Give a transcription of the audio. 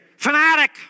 fanatic